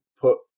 put